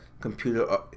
computer